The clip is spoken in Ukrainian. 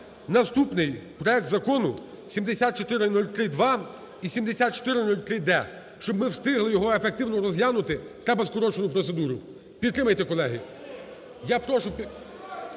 наступний проект закону 7403-2 і 7403-д. Щоб ми встигли його ефективно розглянути, треба скорочену процедуру. Підтримайте, колеги.